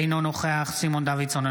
אינו נוכח סימון דוידסון,